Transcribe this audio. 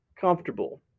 comfortable